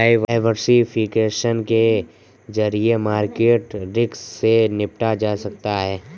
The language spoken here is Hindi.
डायवर्सिफिकेशन के जरिए मार्केट रिस्क से निपटा जा सकता है